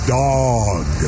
dog